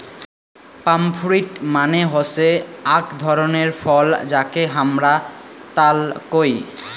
পাম fruit মানে হসে আক ধরণের ফল যাকে হামরা তাল কোহু